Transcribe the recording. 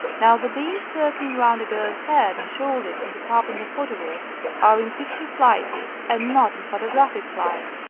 now, the beings circling round a girl's head and shoulders in the carpenter photo graph are in picture flighty and not in pho tographic flight.